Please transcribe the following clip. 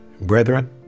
Brethren